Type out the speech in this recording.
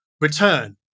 return